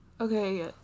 Okay